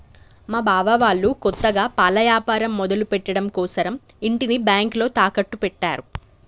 మా బావ వాళ్ళు కొత్తగా పాల యాపారం మొదలుపెట్టడం కోసరం ఇంటిని బ్యేంకులో తాకట్టు పెట్టారు